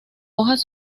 hojas